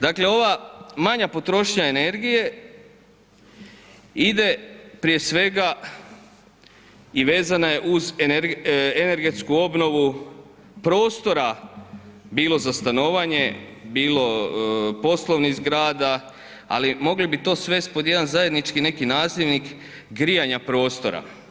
Dakle, ova manja potrošnja energije ide prije svega i vezana je uz energetsku obnovu prostora bilo za stanovanje, bilo poslovnih zgrada, ali mogli bi to svest pod jedan zajednički neki nazivnik grijanja prostora.